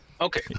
Okay